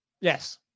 Yes